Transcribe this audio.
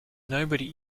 nobody